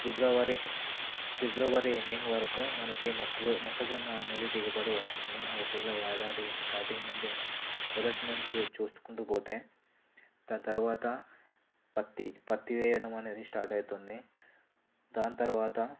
ఫిబ్రవరి ఫిబ్రవరి ఎండింగ్ వరకు మనకి మక్కువ మొక్కజొన్న అనేది దిగబడి వస్తుంది మనం ఒకవేళ ఏడాది స్టార్టింగ్ నుండే మొదటినుంచి చూస్కుంటూ పోతే దాంతర్వాత పత్తి పత్తి వెయ్యడం అనేది స్టార్ట్ అవుతుంది దాంతర్వాత